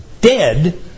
dead